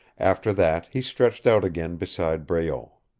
after that he stretched out again beside breault.